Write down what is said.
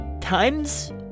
...times